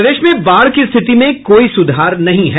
प्रदेश में बाढ़ की स्थिति में कोई सुधार नहीं है